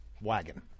wagon